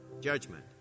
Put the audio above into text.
judgment